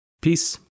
Peace